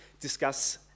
discuss